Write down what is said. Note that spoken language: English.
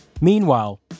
Meanwhile